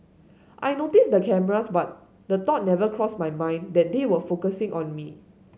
I noticed the cameras but the thought never crossed my mind that they were focusing on me